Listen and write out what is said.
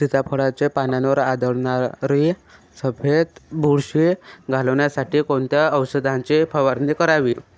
सीताफळाचे पानांवर आढळणारी सफेद बुरशी घालवण्यासाठी कोणत्या औषधांची फवारणी करावी?